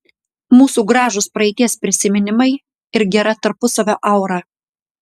mūsų gražūs praeities prisiminimai ir gera tarpusavio aura